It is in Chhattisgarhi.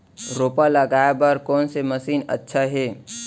रोपा लगाय बर कोन से मशीन अच्छा हे?